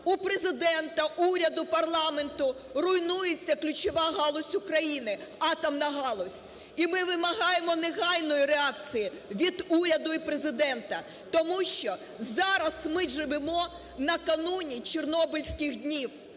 у Президента, уряду, парламенту, руйнується ключова галузь України - атомна галузь. І ми вимагаємо негайної реакції від уряду і Президента, тому що зараз ми живемо накануні чорнобильських днів.